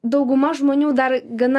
dauguma žmonių dar gana